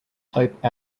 type